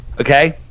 Okay